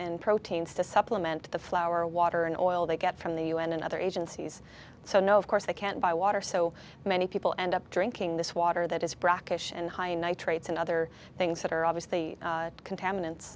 and proteins to supplement the flour water and oil they get from the u n and other agencies so no of course they can't buy water so many people end up drinking this water that is brackish and high in nitrates and other things that are obviously contaminants